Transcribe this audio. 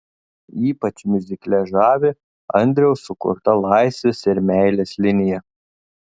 ypač miuzikle žavi andriaus sukurta laisvės ir meilės linija